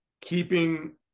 Keeping